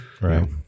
Right